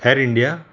air India